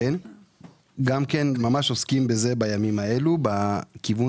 כן גם כן ממש עוסקים בזה בימים האלו בכיוון